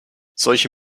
solche